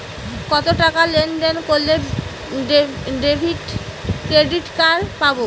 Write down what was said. কতটাকা লেনদেন করলে ক্রেডিট কার্ড পাব?